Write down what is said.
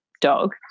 dog